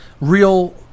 real